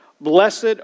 Blessed